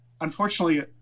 unfortunately